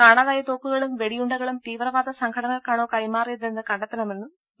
കാണാതായ തോക്കുകളും വെടിയുണ്ടകളും തീവ്രവാദ സംഘടനകൾക്കാണോ കൈമാറിയതെന്ന് കണ്ടെത്തണമെന്നും വി